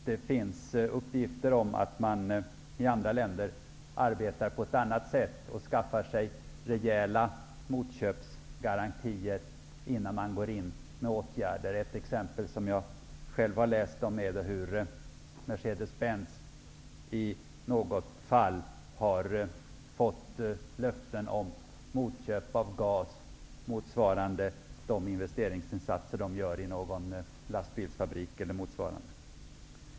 Det finns uppgifter om att man arbetar på ett annat sätt i andra länder och skaffar sig rejäla motköpsgarantier innan man går in med åtgärder. Ett exempel som jag själv har läst om gäller Mercedes-Benz, som i något fall har fått löften om motköp av gas motsvarande de investeringar företaget gör i någon lastbilsfabrik eller liknande.